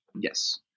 Yes